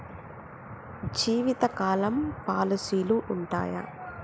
జీవితకాలం పాలసీలు ఉంటయా?